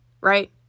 Right